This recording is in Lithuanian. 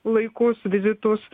laikus vizitus